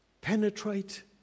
penetrate